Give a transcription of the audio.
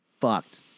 fucked